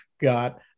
got